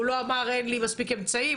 הוא לא אמר אין לי מספיק אמצעים,